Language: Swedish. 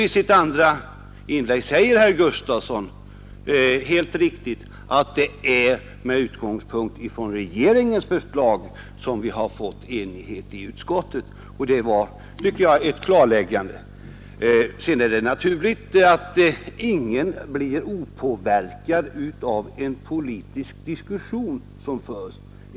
I sitt andra inlägg säger herr Gustafson helt riktigt att det är med utgångspunkt i regeringens förslag som vi har nått enighet i utskottet, och det tycker jag var ett klarläggande. Sedan är det naturligt att ingen blir opåverkad av en politisk diskussion som förs.